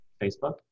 Facebook